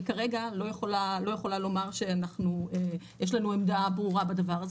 אני כרגע לא יכולה לומר שיש לנו עמדה ברורה בדבר הזה